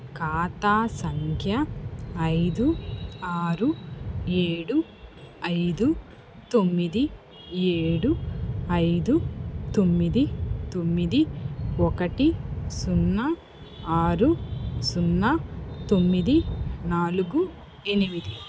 ఖాతా సంఖ్య ఐదు ఆరు ఏడు ఐదు తొమ్మిది ఏడు ఐదు తొమ్మిది తొమ్మిది ఒకటి సున్నా ఆరు సున్నా తొమ్మిది నాలుగు ఎనిమిది